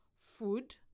food